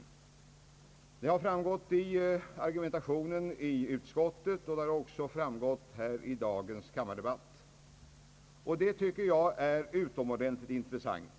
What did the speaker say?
Detta har framgått både av argumentationen i utskottet och av argumentationen i dagens kammardebatt. Det tycker jag är utomordentligt intressant.